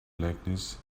blackness